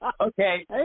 Okay